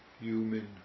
human